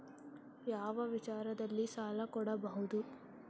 ಯಾವ ವಿಚಾರದಲ್ಲಿ ಸಾಲ ಕೊಡಬಹುದು?